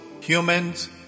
humans